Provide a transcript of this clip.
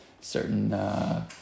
certain